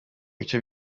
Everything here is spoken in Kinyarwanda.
bice